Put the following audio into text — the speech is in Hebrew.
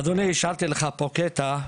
ואדוני, השארתי לך פה קטע,